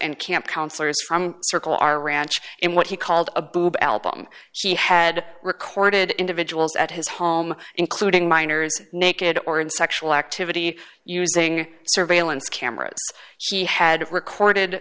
and camp counselors from circle our ranch in what he called a boob album she had recorded individuals at his home including minors naked or in sexual activity using surveillance cameras she had recorded